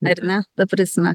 ar ne ta prasme